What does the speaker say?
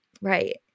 Right